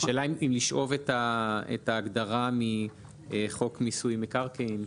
השאלה היא אם לשאוב את ההגדרה מחוק מיסוי מקרקעין.